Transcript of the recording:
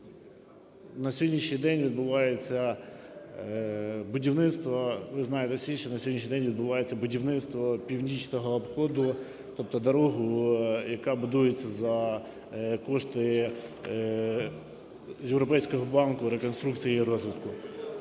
на сьогоднішній день відбувається будівництво північного обходу, тобто дорогу, яка будується за кошти Європейського банку реконструкції і розвитку.